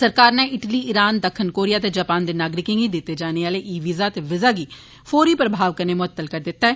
सरकार नै Italy Iran दक्खन कोरिया ते जापान दे नागरिकें गी दित्ते जाने आले ई वीज़ा ते वीज़ा गी फौरी प्रभाव कन्नै म्अत्तल करी दित्ता ऐ